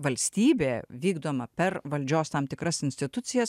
valstybė vykdoma per valdžios tam tikras institucijas